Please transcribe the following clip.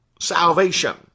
salvation